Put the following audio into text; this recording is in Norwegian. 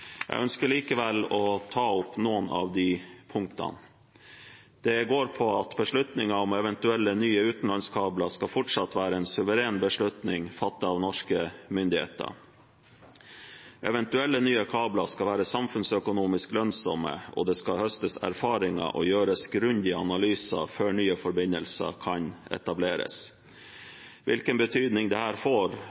Jeg ønsker likevel å ta opp noen av de punktene. Det går på at beslutninger om eventuelle nye utenlandskabler fortsatt skal være en suveren beslutning fattet av norske myndigheter. Eventuelle nye kabler skal være samfunnsøkonomisk lønnsomme, og det skal høstes erfaringer og gjøres grundige analyser før nye forbindelser kan etableres. Hvilken betydning dette får